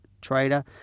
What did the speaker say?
trader